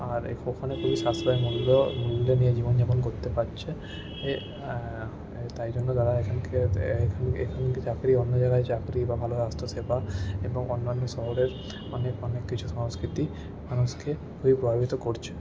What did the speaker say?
আর ওখানে সাশ্রয় মূল্য নিয়ে জীবনযাপন করতে পারছে তাই জন্য যারা এখান থেকে চাকরি অন্য জায়গায় চাকরি বা ভালো স্বাস্থ্যসেবা এবং অন্যান্য শহরের অনেক অনেক কিছু সংস্কৃতি মানুষকে খুবই প্রভাবিত করছে